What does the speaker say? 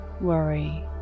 worry